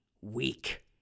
weak